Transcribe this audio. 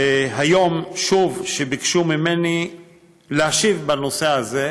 והיום שוב, כשביקשו ממני להשיב בנושא הזה,